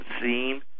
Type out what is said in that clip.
seen